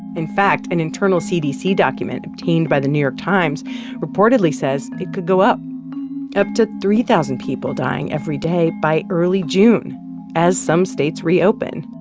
in fact, an internal cdc document obtained by the new york times reportedly says it could go up up to three thousand people dying every day by early june as some states reopen.